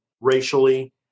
racially